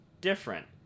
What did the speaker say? different